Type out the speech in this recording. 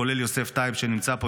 כולל יוסף טייב שנמצא פה,